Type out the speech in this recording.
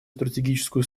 стратегическую